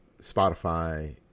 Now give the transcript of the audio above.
spotify